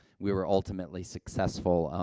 we were ultimately successful, um,